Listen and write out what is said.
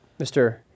Mr